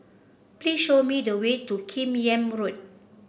please show me the way to Kim Yam Road